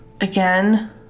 Again